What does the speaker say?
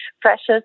precious